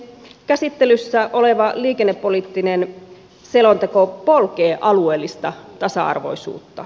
käsittelyssä oleva liikennepoliittinen selonteko polkee alueellista tasa arvoisuutta